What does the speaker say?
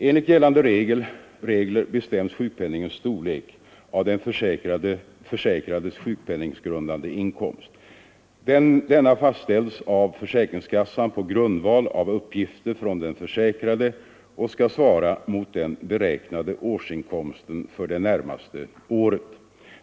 Enligt gällande regler bestäms sjukpenningens storlek av den försäkrades sjukpenninggrundande inkomst. Denna fastställs av försäkringskassan på grundval av uppgifter från den försäkrade och skall svara mot den beräknade årsinkomsten för det närmaste året.